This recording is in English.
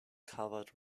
covered